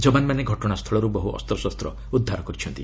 ଯବାନମାନେ ଘଟଣାସ୍ଥଳରୁ ବହୁ ଅସ୍ତଶସ୍ତ ଉଦ୍ଧାର କରିଛନ୍ତି